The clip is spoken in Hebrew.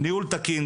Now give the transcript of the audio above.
ניהול תקין,